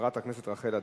חברת הכנסת רחל אדטו.